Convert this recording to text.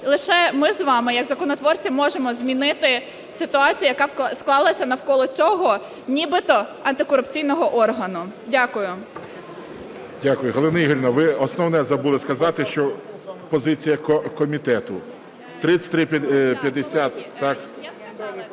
Лише ми з вами як законотворці можемо змінити ситуацію, яка склалася навколо цього нібито антикорупційного органу. Дякую. ГОЛОВУЮЧИЙ. Дякую. Галина Ігорівна, ви основне забули сказати, що позиція комітету...